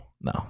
No